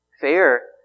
Fair